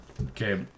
Okay